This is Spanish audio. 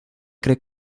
cree